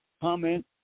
comment